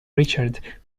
richard